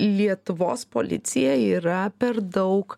lietuvos policija yra per daug